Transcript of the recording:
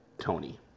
Tony